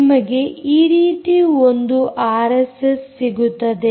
ನಿಮಗೆ ಈ ರೀತಿ ಒಂದು ಆರ್ಎಸ್ಎಸ್ ಸಿಗುತ್ತದೆ